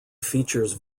features